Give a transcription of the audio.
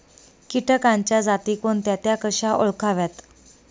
किटकांच्या जाती कोणत्या? त्या कशा ओळखाव्यात?